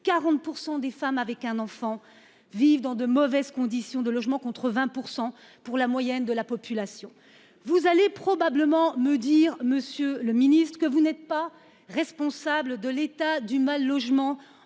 40 % des femmes avec un enfant vivent dans de mauvaises conditions de logement, contre 20 % pour la moyenne de la population. Vous allez probablement me dire, monsieur le ministre, que vous n'êtes pas responsable de l'état du mal-logement